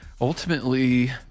Ultimately